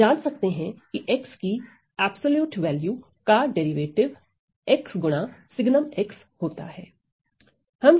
आप जांच सकते हैं कि x की अब्सोल्युट वैल्यू का डेरिवेटिव x गुणा sgn होता है